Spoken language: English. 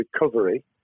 recovery